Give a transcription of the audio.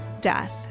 death